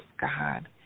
God